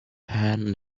hand